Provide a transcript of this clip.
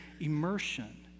immersion